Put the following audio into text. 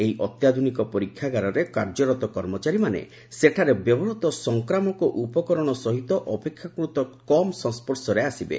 ଏହି ଅତ୍ୟାଧୁନିକ ପରୀକ୍ଷାଗାରରେ କାର୍ଯ୍ୟରତ କର୍ମଚାରୀମାନେ ସେଠାରେ ବ୍ୟବହୃତ ସଂକ୍ରାମକ ଉପକରଣ ସହିତ ଅପେକ୍ଷାକୃତ କମ୍ ସଂସ୍କର୍ଶରେ ଆସିବେ